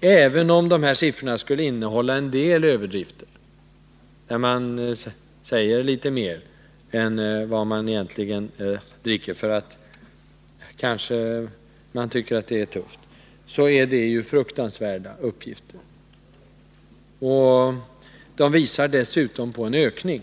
Även om dessa siffror skulle innehålla en del överdrifter — någon kanske uppger en mängd som är större än vad han egentligen dricker, för att han tycker att det är tufft — är det fruktansvärda uppgifter. De visar en mycket oroande ökning.